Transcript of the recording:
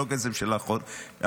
לא כסף של אחרים.